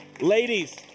ladies